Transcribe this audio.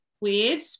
weird